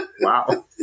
Wow